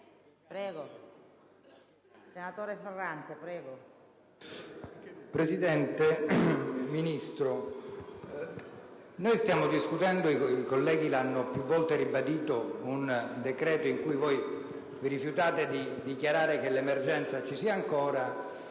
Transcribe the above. Presidente, signora Ministro, noi stiamo discutendo, come i colleghi hanno più volte ribadito, un decreto nel quale voi vi rifiutate di dichiarare che l'emergenza ci sia ancora.